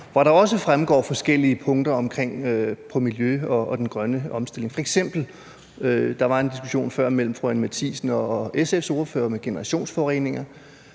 hvor der også fremgår forskellige punkter omkring miljø og den grønne omstilling. F.eks. var der en diskussion før mellem fru Anni Matthiesen og SF's ordfører om generationsforureninger